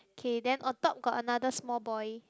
k then on top got another small boy